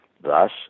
Thus